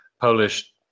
polish